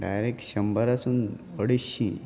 direct शंबारसून अडेश्शी